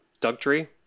dugtree